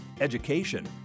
education